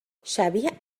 شبیه